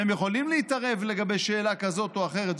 והם יכולים להתערב בשאלה כזו או אחרת,